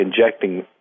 injecting